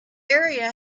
area